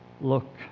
look